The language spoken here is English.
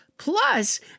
plus